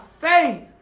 faith